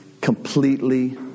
completely